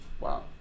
Wow